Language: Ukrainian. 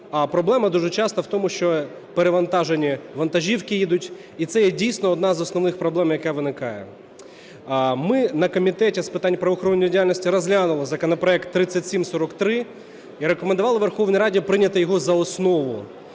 проблема дуже часто в тому, що перевантажені вантажівки їдуть, і це є дійсно одна з основних проблем, яка виникає. Ми на Комітеті з питань правоохоронної діяльності розглянули законопроект 3743 і рекомендували Верховній Раді прийняти його за основу.